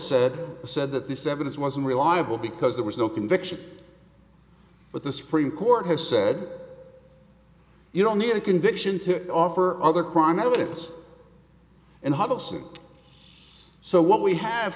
said said that this evidence wasn't reliable because there was no conviction but the supreme court has said you don't need a conviction to offer other crime evidence and have sent so what we have